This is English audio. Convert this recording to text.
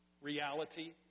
reality